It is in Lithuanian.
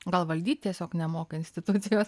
gal valdyt tiesiog nemoka institucijos